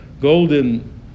golden